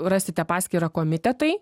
rasite paskyrą komitetai